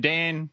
Dan